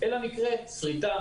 אבל יש הרבה מקרים של שריטה,